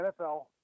NFL